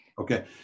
Okay